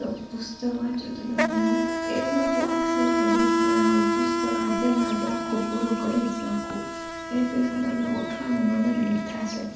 તો પુસ્તક વાંચો તો તમને એવું એવું જ લાગશે કે બસ હવે આ હું પુસ્તક આજેને આજે આખું પૂરું કરી જ નાખું એ પેલા તમને ઉઠવાનું મન જ નહીં થશે